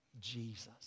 Jesus